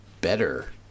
better